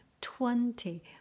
twenty